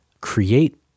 create